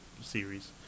series